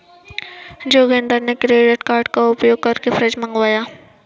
जोगिंदर ने credit card का उपयोग करके फ्रिज मंगवाया